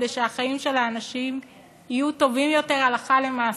כדי שהחיים של האנשים יהיו טובים יותר הלכה למעשה,